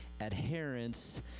adherence